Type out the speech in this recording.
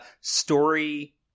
story